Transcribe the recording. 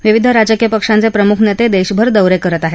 विविध राजकीय पक्षांचे प्रमुख नेते देशभर दौरे करत आहेत